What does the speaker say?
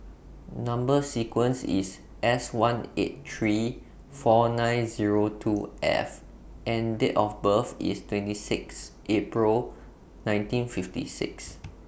Number sequence IS S one eight three four nine Zero two F and Date of birth IS twenty six April nineteen fifty six